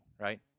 right